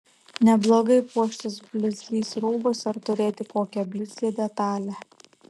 neblogai puoštis blizgiais rūbais ar turėti kokią blizgią detalę